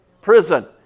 prison